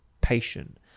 patient